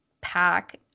pack